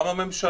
גם הממשלה.